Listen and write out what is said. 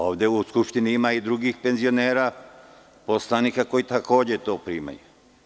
Ovde u Skupštini ima i drugih penzionera, poslanika koji takođe to primaju.